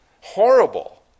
horrible